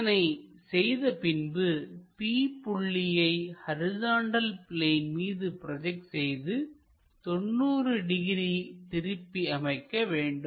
இதனை செய்த பின்பு p புள்ளியை ஹரிசாண்டல் பிளேன் மீது ப்ரோஜெக்ட் செய்து 90 டிகிரி திருப்பி அமைக்கவேண்டும்